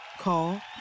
Call